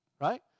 right